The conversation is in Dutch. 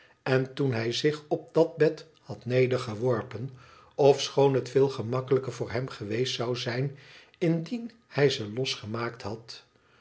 en toen hij zich op dat bed had nedergeworpen ofschoon het veel gemakkelijker voor hem geweest zou zijn indien hij ze losgemaakt had